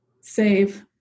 save